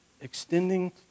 extending